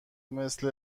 مثل